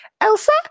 Elsa